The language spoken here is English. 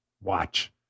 Watch